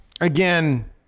Again